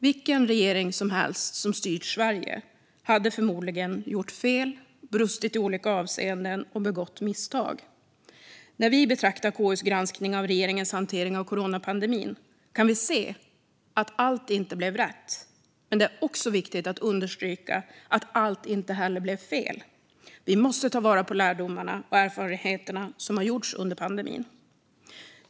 Vilken regering som helst som styrt Sverige hade förmodligen gjort fel, brustit i olika avseenden och begått misstag. När vi betraktar KU:s granskning av regeringens hantering av coronapandemin kan vi se att allt inte blev rätt. Men det är också viktigt att understryka att allt inte heller blev fel. Vi måste ta vara på lärdomarna och erfarenheterna som har gjorts under pandemin.